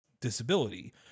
disability